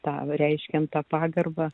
tą reiškiant tą pagarbą